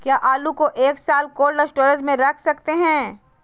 क्या आलू को एक साल कोल्ड स्टोरेज में रख सकते हैं?